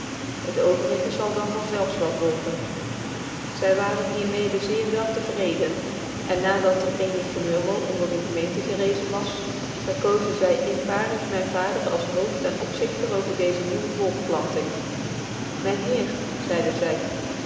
t overige zal dan van zelfs wel volgen zy waren hier mede zeer wel te vreeden cn na dat er tcnig gemurmel onder dc gemeente gcrcczcn was verkozen zy eenparig myn vader als hoofd cn opzigtcr over deeze nieuwe volkplanting myn heer ecide zy